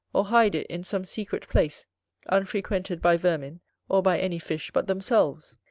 or hide it in some secret place unfrequented by vermin or by any fish but themselves.